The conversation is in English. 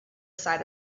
side